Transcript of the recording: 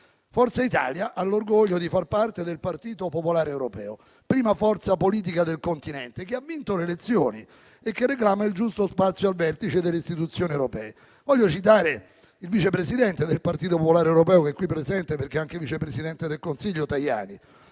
Forza Italia ha l'orgoglio di far parte del Partito popolare europeo, prima forza politica del continente, che ha vinto le elezioni e che reclama il giusto spazio al vertice delle istituzioni europee. Voglio citare il vice presidente del Partito popolare europeo, che è qui presente, perché è anche vice presidente del Consiglio,